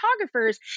photographers